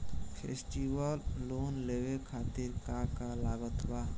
Festival loan लेवे खातिर का का लागत बा?